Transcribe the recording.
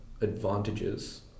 advantages